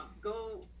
Go